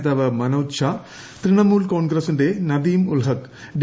നേതാവ് മനോജ് ഝാ തൃണമൂൽ കോൺഗ്രസിന്റെ നദീം ഉൾഹക്ക് ഡി